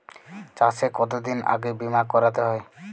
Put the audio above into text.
চাষে কতদিন আগে বিমা করাতে হয়?